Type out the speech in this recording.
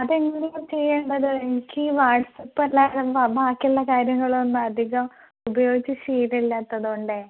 അത് എങ്ങനെയാണ് ചെയ്യേണ്ടത് എനിക്ക് ഈ വാട്സാപ്പ് അല്ലാതെ എന്താണ് ബാക്കിയുള്ള കാര്യങ്ങളൊന്നും അധികം ഉപയോഗിച്ച് ശീലം ഇല്ലാത്തതുകൊണ്ടേ